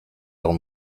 leurs